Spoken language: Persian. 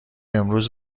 امروز